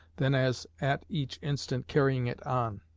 than as at each instant carrying it on.